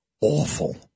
awful